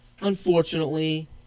unfortunately